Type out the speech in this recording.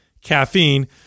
caffeine